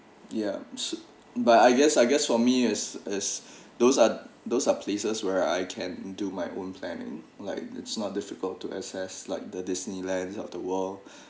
ya s~ but I guess I guess for me it's it's those are those are places where I can do my own planning like it's not difficult to access like the disneyland resort of the world